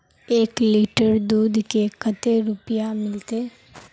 एक लीटर दूध के कते रुपया मिलते?